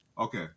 Okay